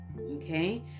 Okay